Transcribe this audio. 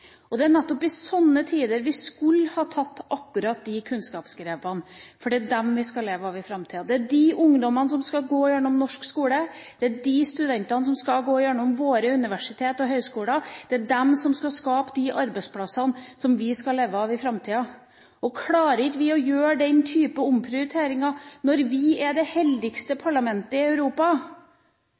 Forskningsfondet. Det er nettopp i sånne tider vi skulle tatt akkurat disse kunnskapsgrepene, da det er det vi skal leve av i framtida – de ungdommene som skal gå gjennom norsk skole, de studentene som skal gå gjennom våre universitet og høyskoler, og som skal skape de arbeidsplassene som vi skal leve av. Klarer vi ikke å gjøre den type omprioriteringer når vi er det heldigste parlamentet i Europa?